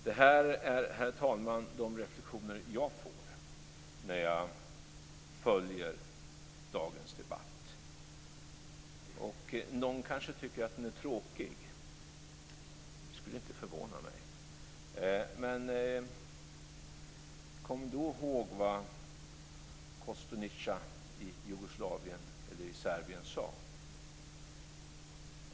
Det här är, herr talman, de reflexioner jag gör när jag följer dagens debatt. Någon kanske tycker att den är tråkig - det skulle inte förvåna mig. Men kom då ihåg vad Kostunica i Jugoslavien, eller Serbien, sade.